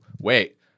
wait